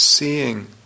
Seeing